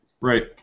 Right